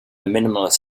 minimalist